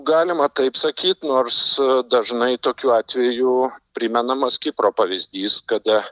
galima taip sakyt nors dažnai tokiu atveju primenamas kipro pavyzdys kada